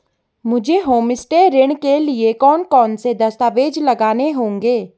मुझे होमस्टे ऋण के लिए कौन कौनसे दस्तावेज़ लगाने होंगे?